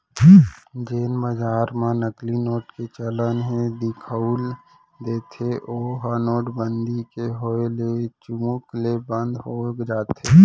जेन बजार म नकली नोट के चलन ह दिखउल देथे ओहा नोटबंदी के होय ले चुमुक ले बंद हो जाथे